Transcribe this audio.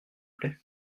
plait